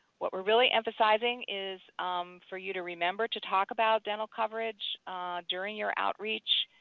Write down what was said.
what we're really emphasizing is for you to remember to talk about dental coverage during your outreach,